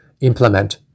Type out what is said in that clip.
implement